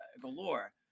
galore